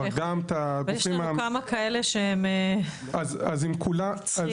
יש לנו כמה כאלה שהם מאתגרים.